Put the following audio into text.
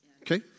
Okay